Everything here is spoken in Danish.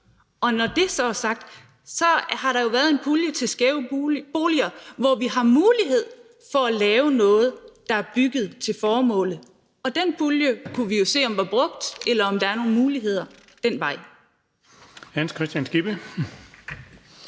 Og når det så er sagt, har der jo været en pulje til skæve boliger, hvor vi har mulighed for at lave noget, der er bygget til formålet – og den pulje kunne vi jo se om var brugt, eller om der er nogle muligheder den vej. Kl. 16:47 Den fg.